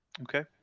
Okay